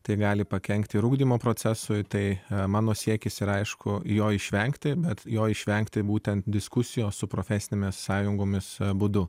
tai gali pakenkti ir ugdymo procesui tai mano siekis ir aišku jo išvengti bet jo išvengti būtent diskusijos su profesinėmis sąjungomis būdu